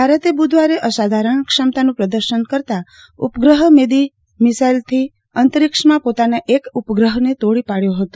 ભારતે બુધવારે અસાધારણ ક્ષમતાનું પ્રદર્શન કરતા ઉપગ્રહ ભેદી મિસાઈલથી અંતરિક્ષણમાં પોતાનો એક ઉપગ્રહ તોડી પાડ્યો હતો